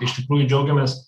iš tikrųjų džiaugiamės